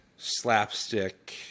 Slapstick